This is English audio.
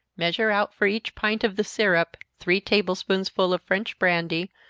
measure out for each pint of the syrup three table-spoonsful of french brandy,